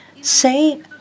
say